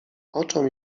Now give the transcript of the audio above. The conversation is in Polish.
oczom